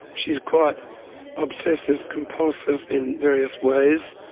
she is quite obsessive-compulsive in various ways.